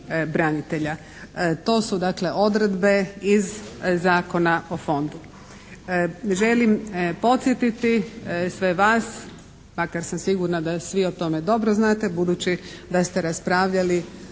branitelja. To su dakle odredbe iz Zakona o Fondu. Želim podsjetiti sve vas makar sam sigurna da svi o tome dobro znate budući da ste raspravljali